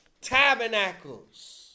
tabernacles